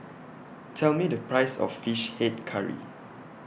Tell Me The Price of Fish Head Curry